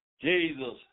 Jesus